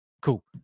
cool